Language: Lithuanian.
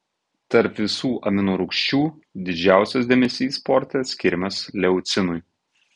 tarp visų amino rūgščių didžiausias dėmesys sporte skiriamas leucinui